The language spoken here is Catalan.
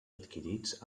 adquirits